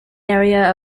area